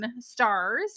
stars